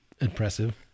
impressive